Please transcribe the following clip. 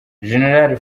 gen